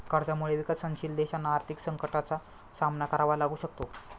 कर्जामुळे विकसनशील देशांना आर्थिक संकटाचा सामना करावा लागू शकतो